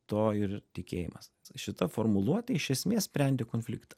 to ir tikėjimas šita formuluotė iš esmės sprendė konfliktą